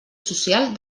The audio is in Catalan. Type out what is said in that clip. social